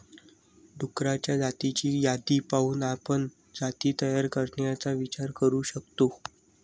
डुक्करांच्या जातींची यादी पाहून आपण जाती तयार करण्याचा विचार करू शकतो